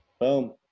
boom